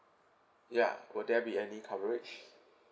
ya will there be any coverage